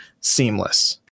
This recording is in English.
Seamless